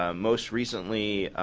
ah most recently,